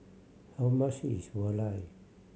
how much is valai